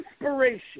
inspiration